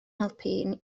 helpu